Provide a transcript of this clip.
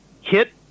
hit